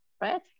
right